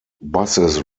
buses